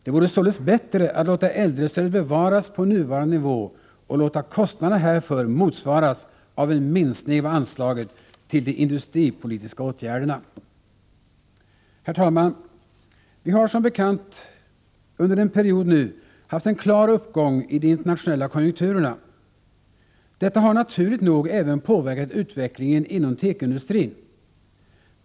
Det vore således bättre att låta äldrestödet bevaras på nuvarande nivå och låta kostnaderna härför motsvaras av en minskning av anslaget till de industripolitiska åtgärderna. Herr talman! Som bekant har vi nu under en period haft en klar uppgång i de internationella konjunkturerna. Detta har naturligt nog även påverkat utvecklingen inom tekoindustrin.